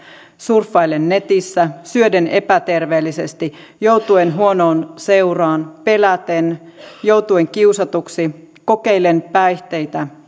surffaillen netissä syöden epäterveellisesti joutuen huonoon seuraan peläten joutuen kiusatuksi kokeillen päihteitä